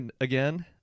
again